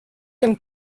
can